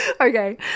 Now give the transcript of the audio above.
okay